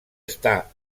està